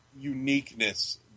uniqueness